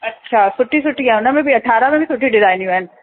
अच्छा सुठी सुठी आहे उनमें बि अट्ठारह में बि सुठियूं डिजाइनियूं आहिनि